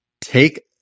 Take